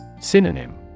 Synonym